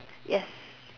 yes